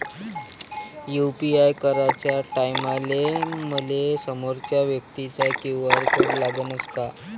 UPI कराच्या टायमाले मले समोरच्या व्यक्तीचा क्यू.आर कोड लागनच का?